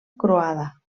croada